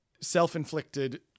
self-inflicted